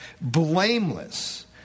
blameless